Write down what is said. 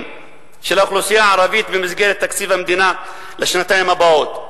של האוכלוסייה הערבית במסגרת תקציב המדינה לשנתיים הבאות.